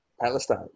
Palestine